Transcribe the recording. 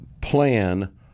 plan